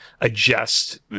adjust